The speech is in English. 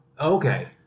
okay